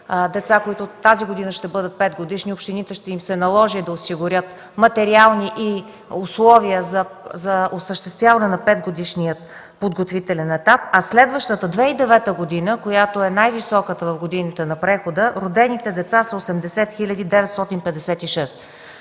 децата, които тази година ще бъдат петгодишни, на общините ще се наложи да осигурят материални условия за осъществяване на петгодишния подготвителен етап, а в следващата 2009 г., която е с най-висок ръст от годините на прехода, родените деца са 80 956.